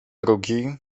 drugi